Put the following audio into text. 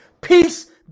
peace